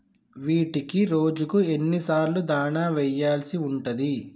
వీటికి రోజుకు ఎన్ని సార్లు దాణా వెయ్యాల్సి ఉంటది?